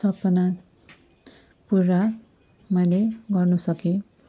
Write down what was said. सपना पुरा मैले गर्नु सकेँ